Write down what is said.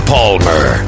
Palmer